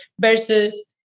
versus